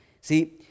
See